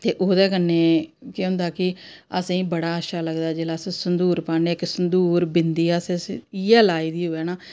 ते ओह्दे कन्नै केह् होंदा कि असें ई बड़ा अच्छा लगदा जेल्लै अस संदूर पान्ने आं इक संदूर बिंदी असें इयै लाई दी होऐ न